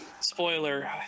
Spoiler